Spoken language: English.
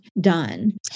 done